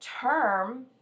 term